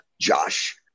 Josh